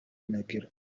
nagira